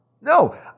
No